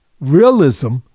realism